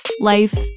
life